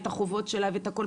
את החובות שלה ואת הכל,